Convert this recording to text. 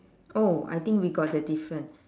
oh I think we got the different